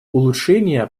улучшение